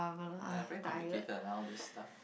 eh very complicated lah all this stuff